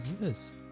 years